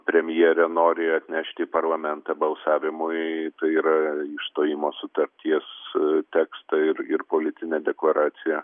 premjerė nori atnešti į parlamentą balsavimui tai yra išstojimo sutarties tekstą ir ir politinę deklaraciją